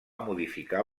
modificar